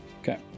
Okay